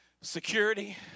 security